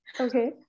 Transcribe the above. Okay